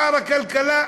שר הכלכלה,